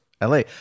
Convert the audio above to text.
LA